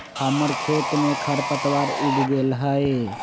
हमर खेत में खरपतवार उग गेल हई